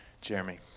Jeremy